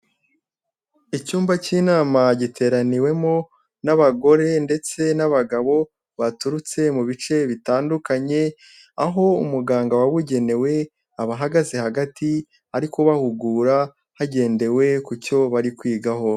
Icyumba cy'inama giteraniwemo n'abagore ndetse n'abagabo baturutse mu bice bitandukanye, aho umuganga wabugenewe aba ahagaze hagati ari kubahugura hagendewe ku cyo bari kwigaho.